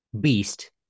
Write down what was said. Beast